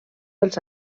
els